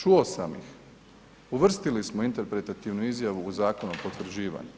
Čuo sam, uvrstili smo interpretativnu izjavu u zakonu o potvrđivanju.